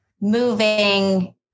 moving